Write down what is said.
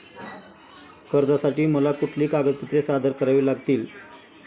कर्जासाठी मला कुठली कागदपत्रे सादर करावी लागतील?